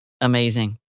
Amazing